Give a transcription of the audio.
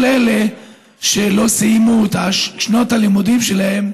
כל אלה שלא סיימו את שנות הלימודים שלהם,